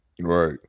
right